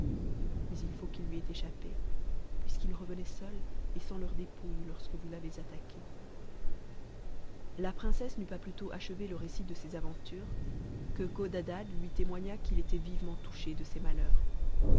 mais il faut qu'ils lui aient échappé puisqu'il revenait seul et sans leurs dépouihes lorsque vous l'avez attaqué la princesse n'eut pas plutôt achevé le récit de ses aventures que codadad lui témoigna qu'il était vivement touché de ses malheurs